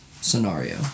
scenario